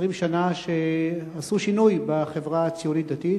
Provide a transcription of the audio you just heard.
20 שנה שעשו שינוי בחברה הציונית-דתית,